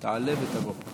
תעלה ותבוא,